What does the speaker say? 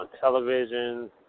television